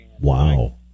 wow